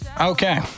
Okay